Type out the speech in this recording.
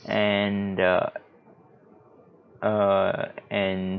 and uh err and